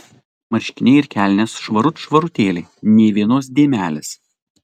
marškiniai ir kelnės švarut švarutėliai nė vienos dėmelės